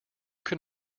can